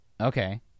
Okay